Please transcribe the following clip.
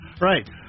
Right